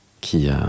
qui